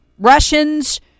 Russians